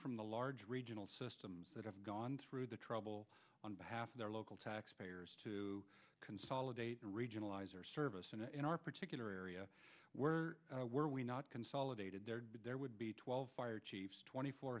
from the large regional systems that have gone through the trouble on behalf of their local taxpayers to consolidating regionalize or services in our particular area where were we not consolidated there'd be there would be twelve fire chiefs twenty four